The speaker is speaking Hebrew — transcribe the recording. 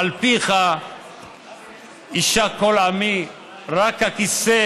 "על פיך יִשק כל עמי רק הכסא